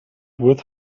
with